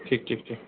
ঠিক ঠিক ঠিক